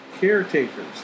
caretakers